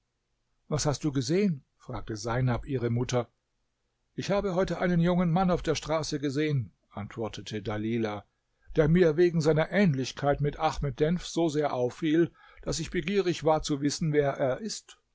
was hast du gesehen fragte seinab ihre mutter ich habe heute einen jungen mann auf der straße gesehen antwortete dalilah der mir wegen seiner ähnlichkeit mit ahmed denf so sehr auffiel daß ich begierig war zu wissen wer er ist